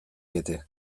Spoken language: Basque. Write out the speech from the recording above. diete